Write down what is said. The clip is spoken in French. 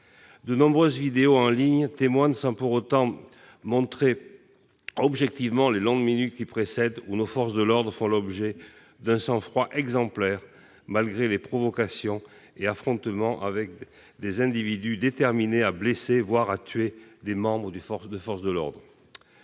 De nombreuses vidéos en ligne en témoignent, sans pour autant montrer objectivement les longues minutes qui précèdent, pendant lesquelles nos forces de l'ordre font preuve d'un sang-froid exemplaire, malgré les provocations et les affrontements avec des individus déterminés à blesser, voire à tuer leurs membres. Dans ses